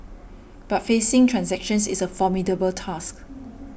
but facing transactions is a formidable task